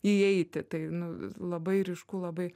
įeiti tai nu labai ryšku labai